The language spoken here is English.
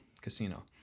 Casino